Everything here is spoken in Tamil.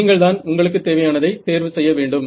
நீங்கள்தான் உங்களுக்கு தேவையானதை தேர்வு செய்ய வேண்டும்